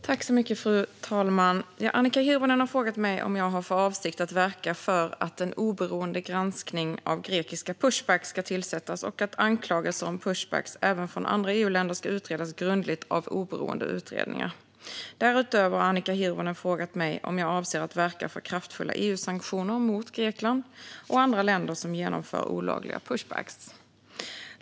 Fru talman! Annika Hirvonen har frågat mig om jag har för avsikt att verka för att en oberoende granskning av grekiska pushbacks ska tillsättas och att anklagelser om pushbacks även från andra EU-länder ska utredas grundligt av oberoende utredningar. Därutöver har Annika Hirvonen frågat mig om jag avser att verka för kraftfulla EU-sanktioner mot Grekland och andra länder som genomför olagliga pushbacks.